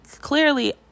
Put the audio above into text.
clearly